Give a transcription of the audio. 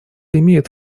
имеют